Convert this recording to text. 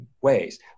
ways